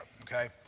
okay